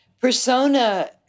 persona